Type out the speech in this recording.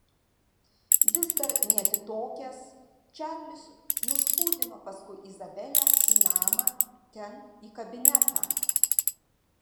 vis dar neatitokęs čarlis nuspūdino paskui izabelę į namą ten į kabinetą